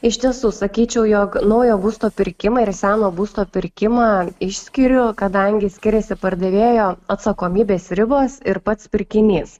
iš tiesų sakyčiau jog naujo būsto pirkimą ir seno būsto pirkimą išskiriu kadangi skiriasi pardavėjo atsakomybės ribos ir pats pirkinys